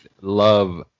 love